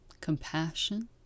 compassion